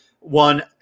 one